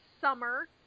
summer